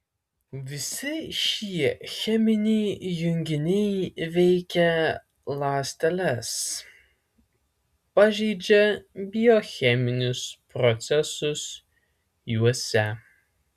visi šie cheminiai junginiai veikia ląsteles pažeidžia biocheminius procesus juose